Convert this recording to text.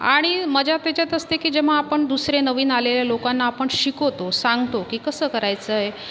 आणि मजा त्याचात असते की जेव्हा आपण दुसरे नवीन आलेलं लोकांना आपण शिकवतो सांगतो की कसं करायचंय